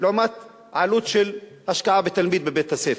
לעומת עלות של השקעה בתלמיד בבית-הספר.